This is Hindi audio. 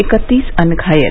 इकत्तीस अन्य घायल